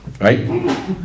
right